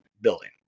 building